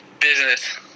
Business